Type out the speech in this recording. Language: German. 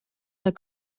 der